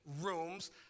rooms